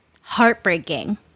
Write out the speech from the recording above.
heartbreaking